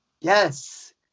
Yes